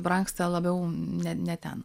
brangsta labiau ne ne ten